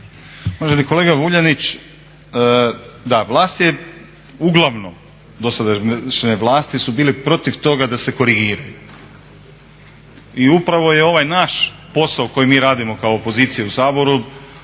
Uvaženi kolega Vuljanić, da vlast je uglavnom, dosadašnje vlasti su bile protiv toga da se korigiraju i upravo je ovaj naš posao koji mi radimo kao opozicija u Saboru